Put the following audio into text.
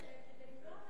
מה עם האוהלים?